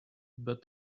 but